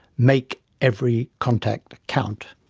make every contact count.